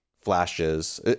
flashes